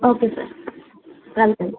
okay sir వెళ్తాను sir